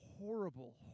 horrible